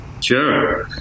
Sure